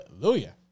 Hallelujah